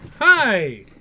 Hi